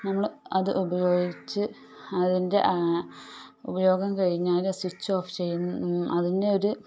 നമ്മൾ അത് ഉപയോഗിച്ച് അതിൻ്റെ ഉപയോഗം കഴിഞ്ഞാൽ സ്വിച്ച് ഓഫ് അതിൻ്റെ ഒരു